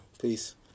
Peace